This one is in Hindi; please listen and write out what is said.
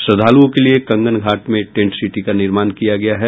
श्रद्धालुओं के लिये कंगनघाट में टेंट सिटी का निर्माण किया गया है